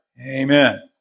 Amen